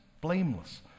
blameless